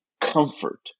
comfort